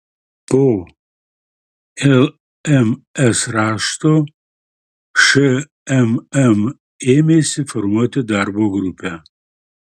po lms rašto šmm ėmėsi formuoti darbo grupę